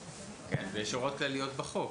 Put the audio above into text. כן, ויש הוראות כלליות בחוק.